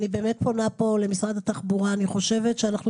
אני פונה פה למשרד התחבורה: אני חושבת שאנחנו